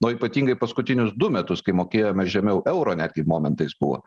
o ypatingai paskutinius du metus kai mokėjome žemiau euro netgi momentais buvo